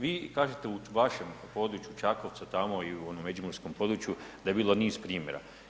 Vi kažete u vašem području, Čakovca tamo i u onom međimurskom području da je bilo niz primjera.